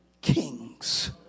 kings